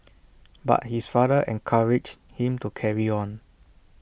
but his father encouraged him to carry on